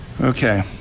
Okay